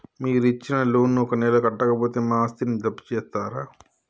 మీరు ఇచ్చిన లోన్ ను ఒక నెల కట్టకపోతే మా ఆస్తిని జప్తు చేస్తరా?